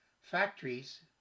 factories